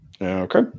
Okay